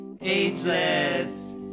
Ageless